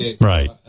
Right